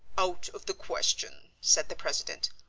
out of the question, said the president.